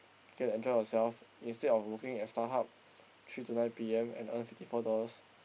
K enjoy yourself instead of working at StarHub three to nine P_M and earn fifty four dollars